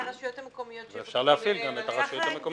--- צריך להגביר את זה.